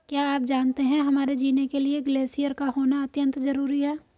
क्या आप जानते है हमारे जीने के लिए ग्लेश्यिर का होना अत्यंत ज़रूरी है?